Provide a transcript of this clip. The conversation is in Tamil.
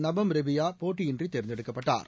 நபம் ரெபியா போட்டியின்றி தேர்ந்தெடுக்கப்பட்டார்